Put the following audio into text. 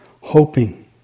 hoping